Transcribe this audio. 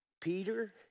Peter